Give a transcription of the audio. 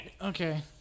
Okay